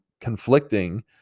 conflicting